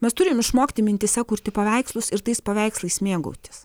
mes turim išmokti mintyse kurti paveikslus ir tais paveikslais mėgautis